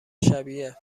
شبیه